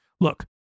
Look